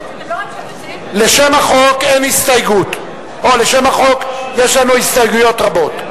לשם החוק יש לנו הסתייגויות רבות.